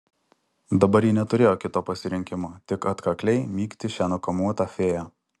dabar ji neturėjo kito pasirinkimo tik atkakliai mygti šią nukamuotą fėją